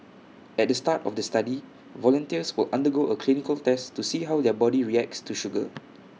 at the start of the study volunteers will undergo A clinical test to see how their body reacts to sugar